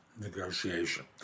negotiation